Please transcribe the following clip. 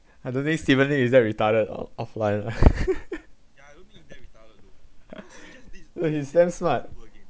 I don't think steven lim is that retarded oh offline no he's damn smart